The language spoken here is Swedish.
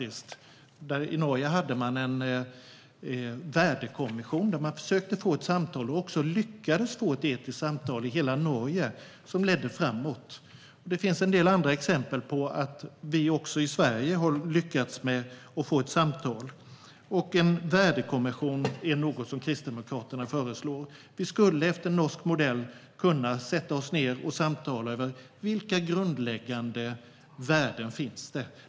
I Norge hade man en värdekommission som försökte och även lyckades få till ett etiskt samtal i hela Norge, vilket ledde framåt. Det finns en del exempel på att också vi i Sverige har lyckats få till ett samtal. En värdekommission är något som Kristdemokraterna föreslår. Vi skulle efter norsk modell kunna sätta oss ned och samtala om vilka grundläggande värden det finns.